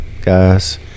guys